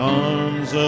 arms